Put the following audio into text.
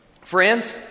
friends